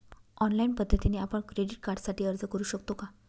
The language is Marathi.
ऑनलाईन पद्धतीने आपण क्रेडिट कार्डसाठी अर्ज करु शकतो का?